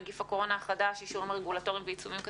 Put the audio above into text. נגיף הקורונה החדש) (אישורים רגולטוריים ועיצומים כספיים),